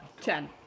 Ten